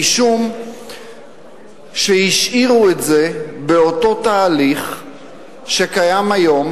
משום שהשאירו את זה באותו תהליך שקיים היום,